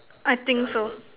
I think so